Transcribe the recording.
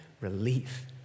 relief